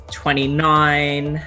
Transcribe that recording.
twenty-nine